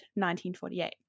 1948